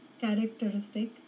characteristic